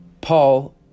Paul